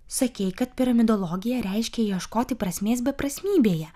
sakei kad piramidologija reiškia ieškoti prasmės beprasmybėje